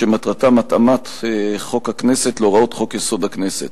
שמטרתם התאמת חוק הכנסת להוראות חוק-יסוד: הכנסת.